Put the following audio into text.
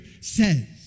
says